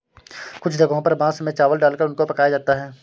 कुछ जगहों पर बांस में चावल डालकर उनको पकाया जाता है